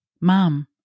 Mom